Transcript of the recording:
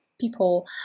people